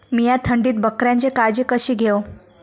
मीया थंडीत बकऱ्यांची काळजी कशी घेव?